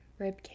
ribcage